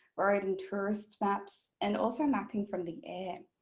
road and tourist maps and also mapping from the air.